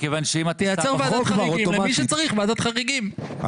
תייצר ועדת חריגים למי שצריך ועדת חריגים.